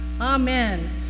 Amen